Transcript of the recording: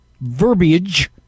verbiage